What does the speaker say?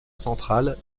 centrale